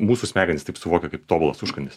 mūsų smegenys taip suvokia kaip tobulas užkandis